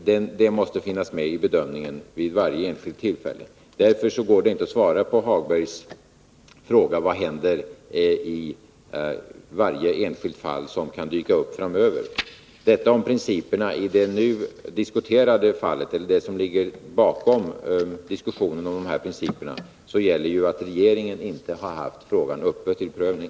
Denna aspekt måste finnas med i bedömningen vid varje enskilt tillfälle. Därför går det inte att svara på Lars-Ove Hagbergs fråga om vad som händer i varje enskilt fall som kan dyka upp framöver. Beträffande diskussionen om principerna i det här fallet, så gäller att regeringen inte har haft frågan uppe till prövning.